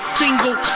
single